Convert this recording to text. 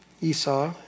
Esau